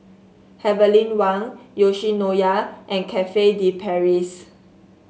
Heavenly Wang Yoshinoya and Cafe De Paris